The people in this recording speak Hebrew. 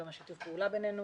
גם שיתוף הפעולה בינינו